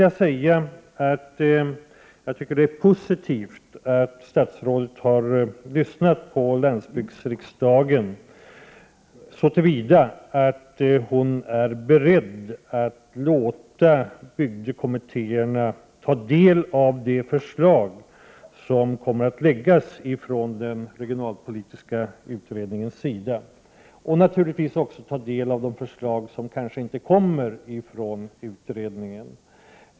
Jag tycker att det är positivt att statsrådet har lyssnat på landsbygdsriksdagen, så till vida att hon är beredd att låta bygdekommittéerna ta del av de förslag som kommer att läggas fram från den regionalpolitiska utredningens sida och naturligtvis också ta del av förslag som kanske inte kommer från utredningen.